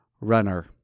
runner